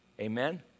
Amen